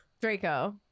Draco